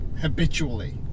habitually